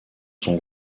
son